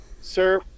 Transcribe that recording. Sir